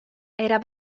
era